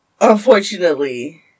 Unfortunately